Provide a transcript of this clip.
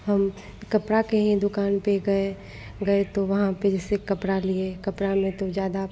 हम कपड़ा की ही दुक़ान पर गए गए तो वहाँ पर जैसे कपड़ा लिए कपड़ा में तो ज़्यादा